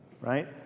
right